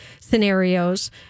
scenarios